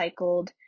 recycled